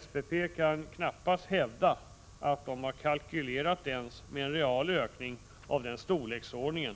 SPP kan knappast hävda att man kalkylerat ens med en real ökning i den storleksordningen.